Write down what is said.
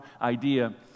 idea